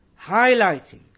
highlighting